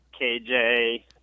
KJ